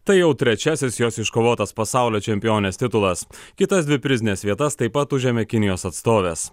tai jau trečiasis jos iškovotas pasaulio čempionės titulas kitas dvi prizines vietas taip pat užėmė kinijos atstovės